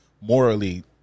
morally